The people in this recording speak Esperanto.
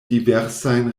diversajn